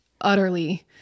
utterly